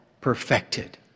perfected